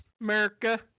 America